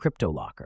CryptoLocker